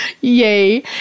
yay